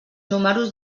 números